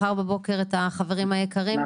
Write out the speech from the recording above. את החברים היקרים,